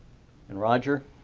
and roger